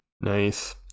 Nice